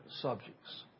subjects